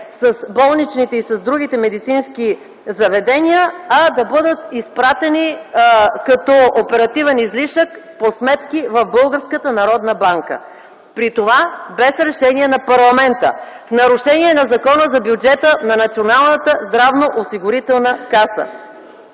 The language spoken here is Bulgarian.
с болничните и с другите медицински заведения, а да бъдат изпратени като оперативен излишък по сметки в Българската народна банка, при това без решение на парламента, в нарушение на Закона за бюджета на Националната здравноосигурителна каса.